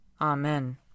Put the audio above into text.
Amen